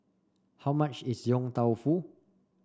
how much is Yong Tau Foo